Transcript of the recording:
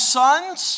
sons